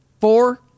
four